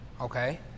Okay